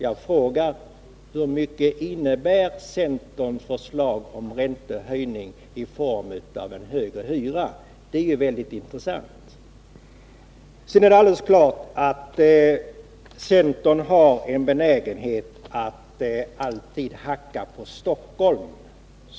Jag frågar: Hur mycket innebär centerns förslag om räntehöjning i form av högre hyra? Det är ju väldigt intressant. Sedan är det alldeles klart att centern har en benägenhet att alltid hacka på Stockholm.